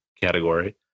category